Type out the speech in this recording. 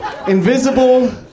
Invisible